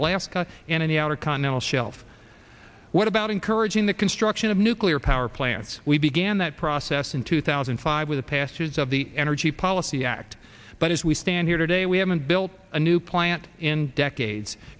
alaska and in the outer continental shelf what about encouraging the construction of nuclear power plants we began that process in two thousand and five with the passage of the energy policy act but as we stand here today we haven't built a new plant in decades